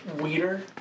weeder